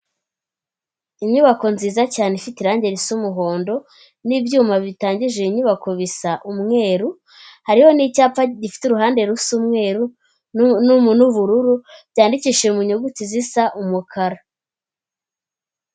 Inyubako nziza cyane ifite irange risa umuhondo n'ibyuma bitangije iyi nyubako bisa umweru hariho n'icyapa gifite uruhande rusa umweru n'ubururu byandikishije mu nyuguti zisa umukara.